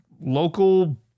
local